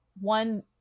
one